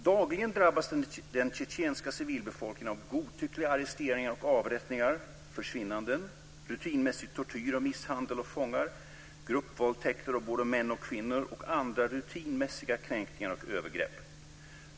Dagligen drabbas den tjetjenska civilbefolkningen av godtyckliga arresteringar och avrättningar, försvinnanden, rutinmässig tortyr och misshandel av fångar, gruppvåldtäkter - det gäller både män och kvinnor - och andra rutinmässiga kränkningar och övergrepp.